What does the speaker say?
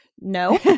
No